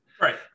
right